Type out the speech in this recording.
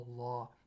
Allah